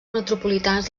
metropolitans